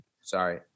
Sorry